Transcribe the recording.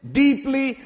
deeply